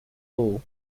hall